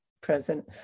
present